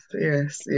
yes